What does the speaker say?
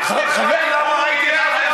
כי הוא צריך להגיע ל"ערב חדש".